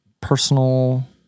personal